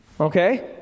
okay